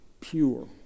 pure